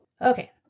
Okay